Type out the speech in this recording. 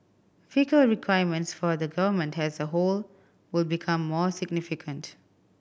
fiscal requirements for the Government has a whole will become more significant